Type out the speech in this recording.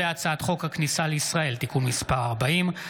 הצעת חוק הכניסה לישראל (תיקון מס' 40)